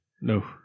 no